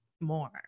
more